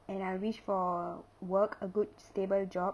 and I'll wish for work a good stable job